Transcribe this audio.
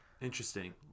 Interesting